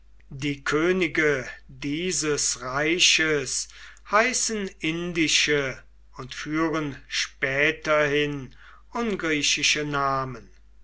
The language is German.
die könige dieses reiches heißen indische und führen späterhin ungriechische namen